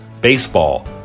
baseball